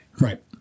Right